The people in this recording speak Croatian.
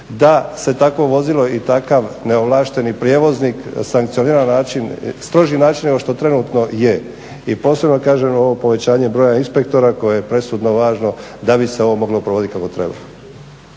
da se takvo vozilo i takav neovlašteni prijevoznik sankcionira na način, stroži način nego što trenutno je. I posebno kažem ovo povećanje broja inspektora koje je presudno važno da bi se ovo moglo provoditi kako treba.